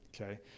okay